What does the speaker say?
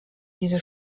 diese